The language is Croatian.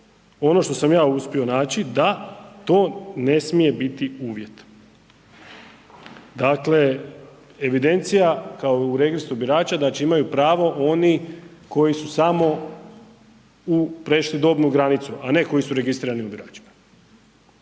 ono što sam ja uspio naći, da to ne smije biti uvjet. Dakle, evidencija kao u Registru birača, znači imaju pravo oni koji su samo prešli dobnu granicu a ne koji su registrirani birači.